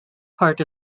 part